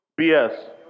BS